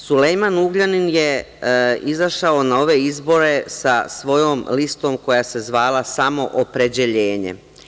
Sulejman Ugljanin je izašao na ove izbore sa svojom listom koja se zvala „Samoopredjeljenje“